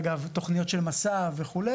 אגב תוכנית של "מסע" וכו',